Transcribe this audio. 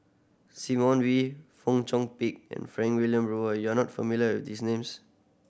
Simon Wee Fong Chong Pik and Frank Wilmin Brewer you are not familiar these names